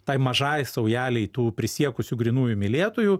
tai mažai saujelei tų prisiekusių grynųjų mylėtojų